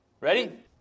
Ready